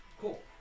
cool